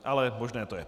Ale možné to je.